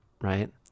right